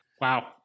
Wow